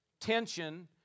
tension